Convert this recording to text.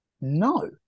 No